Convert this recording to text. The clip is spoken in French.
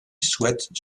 souhaite